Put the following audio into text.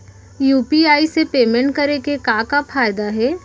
UPI से payment करे के का का फायदा हे?